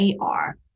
AR